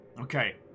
Okay